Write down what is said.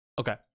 okay